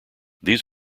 these